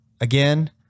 again